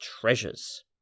treasures